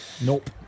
Nope